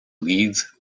leeds